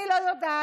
אני לא יודעת.